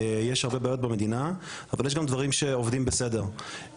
יש הרבה בעיות במדינה אבל יש גם דברים שעובדים בסדר,